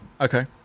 Okay